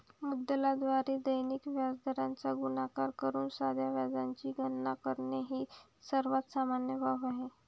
मुद्दलाद्वारे दैनिक व्याजदराचा गुणाकार करून साध्या व्याजाची गणना करणे ही सर्वात सामान्य बाब आहे